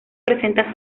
presenta